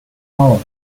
power